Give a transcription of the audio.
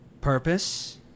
Purpose